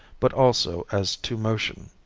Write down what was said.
but also as to motion.